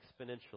exponentially